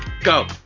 Go